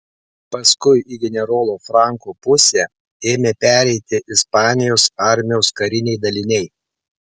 paskui į generolo franko pusę ėmė pereiti ispanijos armijos kariniai daliniai